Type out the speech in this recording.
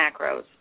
macros